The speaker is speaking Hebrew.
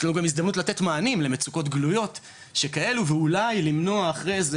יש לנו הזדמנות לתת מענים למצוקות גלויות שכאלו ואולי למנוע אחרי זה